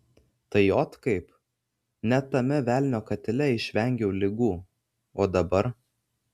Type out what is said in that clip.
tai ot kaip net tame velnio katile išvengiau ligų o dabar